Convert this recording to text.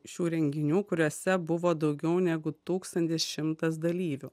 šių renginių kuriuose buvo daugiau negu tūkstantis šimtas dalyvių